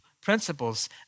principles